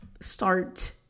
start